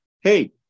hey